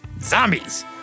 Zombies